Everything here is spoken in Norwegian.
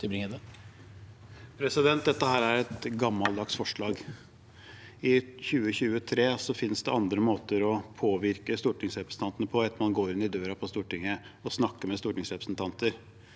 Dette er et gammeldags forslag. I 2023 finnes det andre måter å påvirke stortingsrepresentantene på enn å gå inn døren på Stortinget og snakke med stortingsrepresentanter.